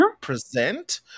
present